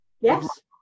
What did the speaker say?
Yes